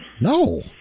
No